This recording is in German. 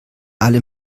alle